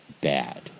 bad